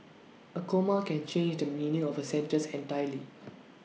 A comma can change the meaning of A sentence entirely